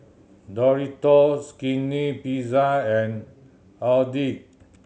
Doritos Skinny Pizza and Audi